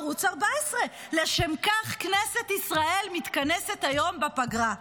ערוץ 14. לשם כך כנסת ישראל מתכנסת היום בפגרה.